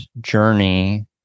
journey